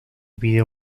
vídeo